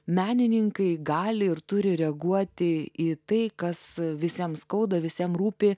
menininkai gali ir turi reaguoti į tai kas visiems skauda visiem rūpi